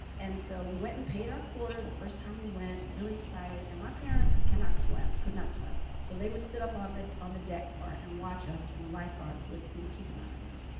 and so we went and paid our quarter the first time we went we're really excited and my parents cannot swim could not swim. so they would sit up on the on the deck part and watch us and the lifeguards would you know keep an eye on everyone.